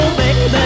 baby